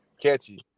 catchy